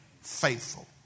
faithful